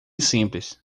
simples